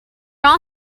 all